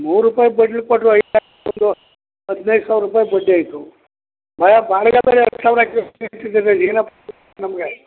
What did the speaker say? ಮೂರು ರೂಪಾಯಿ ಬಡ್ಡಿ ಕೊಟ್ಟರು ಐದು ಲಕ್ಷದ್ದು ಹದಿನೈದು ಸಾವಿರ ರೂಪಾಯಿ ಬಡ್ಡಿ ಆಯಿತು ಮಾಯಾ ಬಾಡಿಗೆ ಅಂತ ಹತ್ತು ಸಾವಿರ ಕೇಳ್ತೀರಿ ಏನಾಗಬೇಕು ನಮಗೆ